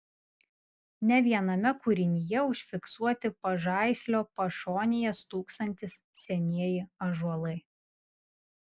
ne viename kūrinyje užfiksuoti pažaislio pašonėje stūksantys senieji ąžuolai